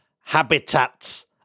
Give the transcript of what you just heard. Habitats